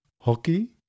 hockey